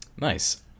Nice